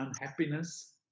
unhappiness